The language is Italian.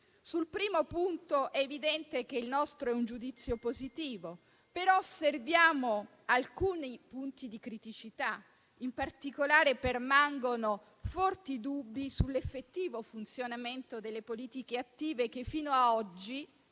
Sul primo punto il nostro giudizio è chiaramente positivo, però osserviamo alcuni punti di criticità. In particolare permangono forti dubbi sull'effettivo funzionamento delle politiche attive, che fino a oggi,